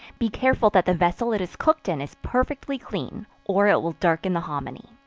be careful that the vessel it is cooked in, is perfectly clean, or it will darken the hominy.